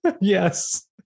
Yes